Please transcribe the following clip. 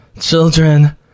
Children